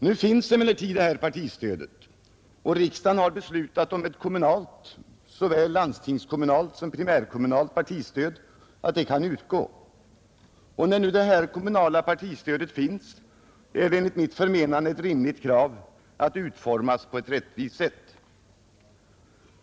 Nu finns emellertid detta partistöd, och riksdagen har beslutat att ett kommunalt — såväl landstingskommunalt som primärkommunalt — partistöd kan utgå. När nu detta kommunaia partistöd finns är det enligt mitt förmenande ett rimligt krav att det utformas på ett rättvist sätt.